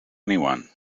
anyone